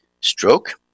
stroke